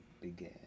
began